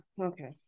Okay